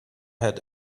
had